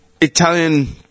Italian